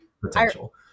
potential